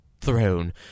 throne